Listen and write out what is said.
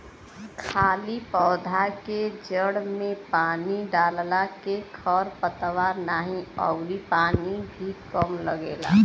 खाली पौधा के जड़ में पानी डालला के खर पतवार नाही अउरी पानी भी कम लगेला